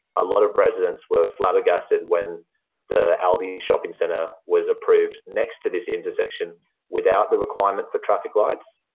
a lot of residents were flabbergasted when the aldi shopping centre was approved next to this intersection without the requirement for traffic lights.